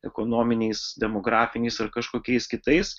ekonominiais demografiniais ar kažkokiais kitais